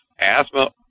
asthma